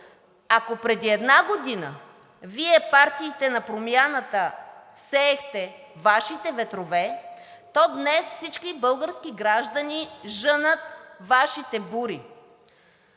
Ако преди една година Вие, партиите на промяната, сеехте Вашите ветрове, то днес всички български граждани жънат Вашите бури.